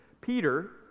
Peter